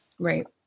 Right